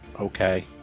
okay